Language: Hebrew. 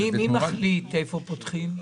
מי מחליט איפה פותחים?